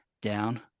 down